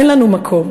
אין לנו מקום.